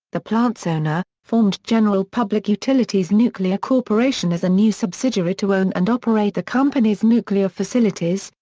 the plant's owner, formed general public utilities nuclear corporation as a new subsidiary to own and operate the company's nuclear facilities,